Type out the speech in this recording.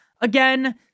again